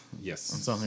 yes